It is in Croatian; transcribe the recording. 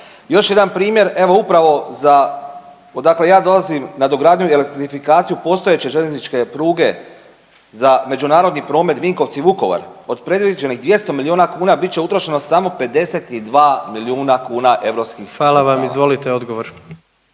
Još jedan primjer, evo upravo za odakle ja dolazim nadogradnju i elektrifikaciju postojeće željezničke pruge za međunarodni promet Vinkovci-Vukovar od predviđenih 200 milijuna kuna bit će utrošeno samo 52 milijuna kuna europskih sredstava. **Jandroković, Gordan